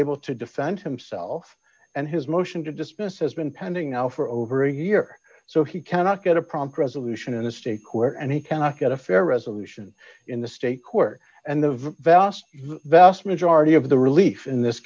able to defend himself and his motion to dismiss has been pending now for over a year so he cannot get a prompt resolution in a state where and he cannot get a fair resolution in the state court and the vast vast majority of the relief in this